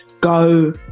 go